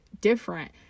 different